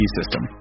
system